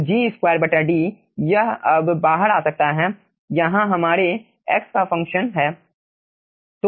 तो G2D यह अब बाहर आ सकता है यहाँ हमारे x का फंक्शन है